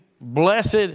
blessed